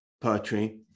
poetry